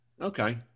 Okay